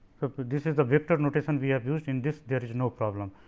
this is the vector notation we have used in this there is no problem.